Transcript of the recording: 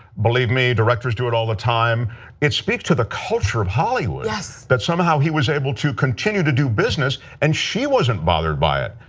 believe me directors do it all the time it speaks to the culture of hollywood that somehow he was able to continue to do business, and she wasn't bothered by it.